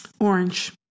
Orange